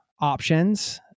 options